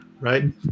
right